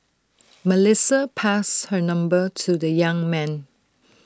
Melissa passed her number to the young man